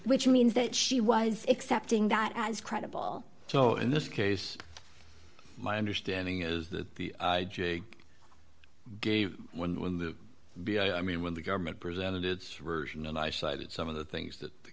which means that she was accepting that as credible so in this case my understanding is that the i j gave when when the b i mean when the government presented its version and i cited some of the things that the